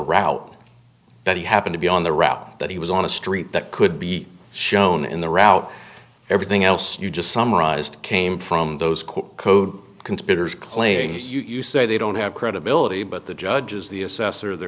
route that he happened to be on the route that he was on a street that could be shown in the route everything else you just summarized came from those code conspirators claims you say they don't have credibility but the judge is the assessor of their